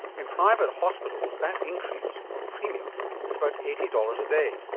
in private hospitals that increase or premium is about eighty dollars a day.